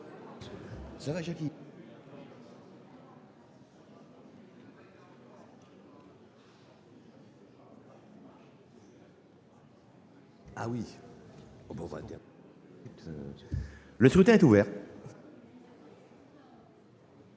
Le scrutin est ouvert.